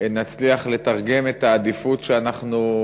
שעה 16:00 תוכן העניינים נאומים